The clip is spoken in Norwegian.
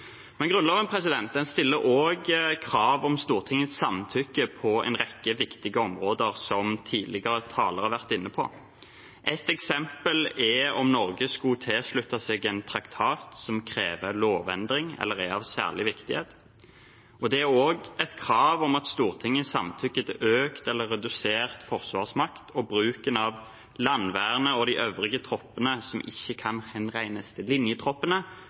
Grunnloven stiller også krav om Stortingets samtykke på en rekke viktige områder, som tidligere talere har vært inne på. Et eksempel er om Norge skulle tilslutte seg en traktat som krever lovendring, eller som er av særlig viktighet. Det er også et krav om at Stortinget samtykker til økt eller redusert forsvarsmakt og bruken av «landvernet og de øvrige tropper som ikke kan henregnes til linjetroppene»,